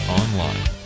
online